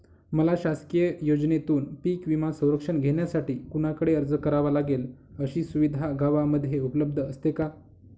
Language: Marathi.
मला शासकीय योजनेतून पीक विमा संरक्षण घेण्यासाठी कुणाकडे अर्ज करावा लागेल? अशी सुविधा गावामध्ये उपलब्ध असते का?